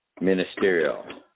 ministerial